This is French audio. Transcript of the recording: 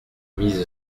mise